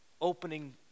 opening